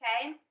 Okay